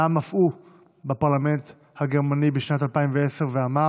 נאם אף הוא בפרלמנט הגרמני בשנת 2010 ואמר: